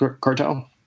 cartel